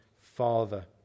father